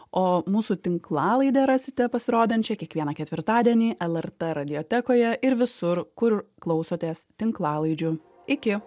o mūsų tinklalaidę rasite pasirodančią kiekvieną ketvirtadienį lrt radiotekoje ir visur kur klausotės tinklalaidžių iki